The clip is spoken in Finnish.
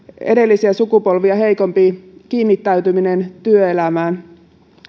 edellisiä sukupolvia heikompi kiinnittäytyminen työelämään